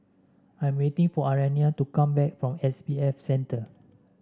I'm waiting for Ariana to come back from S B F Center